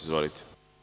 Izvolite.